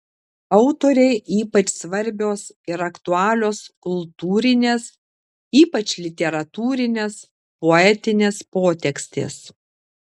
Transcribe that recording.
autorei ypač svarbios ir aktualios kultūrinės ypač literatūrinės poetinės potekstės